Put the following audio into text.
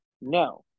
No